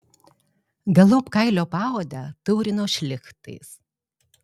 galop kailio paodę taurino šlichtais